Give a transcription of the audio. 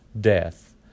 death